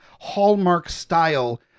Hallmark-style